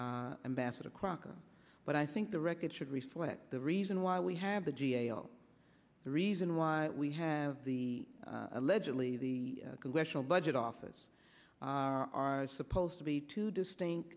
through embassador crocker but i think the record should reflect the reason why we have the g a o the reason why we have the allegedly the congressional budget office are supposed to be two distinct